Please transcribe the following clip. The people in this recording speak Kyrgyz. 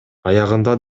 аягында